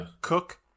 cook